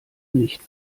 nicht